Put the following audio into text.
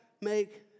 make